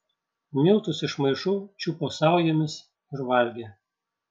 miltus iš maišų čiupo saujomis ir valgė